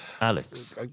Alex